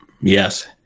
Yes